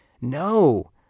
No